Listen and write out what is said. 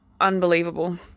unbelievable